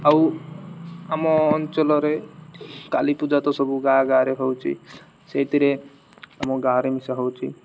ଆଉ ଆମ ଅଞ୍ଚଳରେ କାଳି ପୂଜା ତ ସବୁ ଗାଁ ଗାଁରେ ହେଉଛି ସେଇଥିରେ ଆମ ଗାଁରେ ମିଶା ହେଉଛି